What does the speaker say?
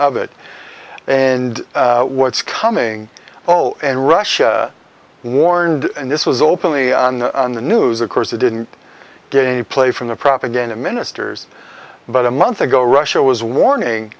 of it and what's coming oh and russia warned and this was openly in the news of course it didn't get any play from the propaganda ministers but a month ago russia was warning